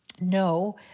no